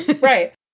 Right